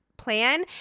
plan